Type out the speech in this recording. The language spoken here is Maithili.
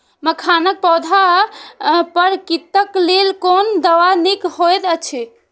मखानक पौधा पर कीटक लेल कोन दवा निक होयत अछि?